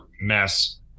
mess